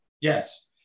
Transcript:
Yes